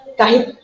kahit